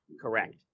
Correct